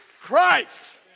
Christ